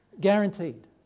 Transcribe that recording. Guaranteed